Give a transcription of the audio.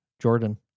jordan